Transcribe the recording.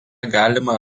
galima